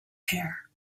air